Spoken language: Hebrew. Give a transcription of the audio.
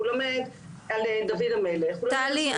הוא לומד על דוד המלך -- טלי,